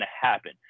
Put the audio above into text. happen